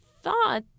thought